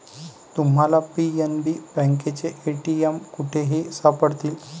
तुम्हाला पी.एन.बी बँकेचे ए.टी.एम कुठेही सापडतील